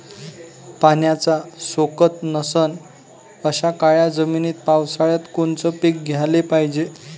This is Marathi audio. पाण्याचा सोकत नसन अशा काळ्या जमिनीत पावसाळ्यात कोनचं पीक घ्याले पायजे?